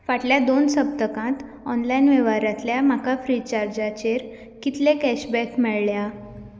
फाटल्या दोन सप्तकांत ऑनलायन वेव्हारांतल्यान म्हाका फ्रीचार्जचेर कितले कॅशबॅक मेळ्ळ्या